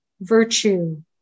virtue